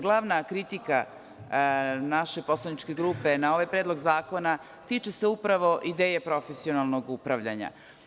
Glavna kritika naše poslaničke grupe na ovaj predlog zakona se tiče upravo ideje profesionalnog upravljanja.